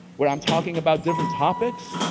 where i'm talking about different topics.